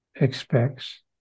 expects